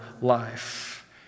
life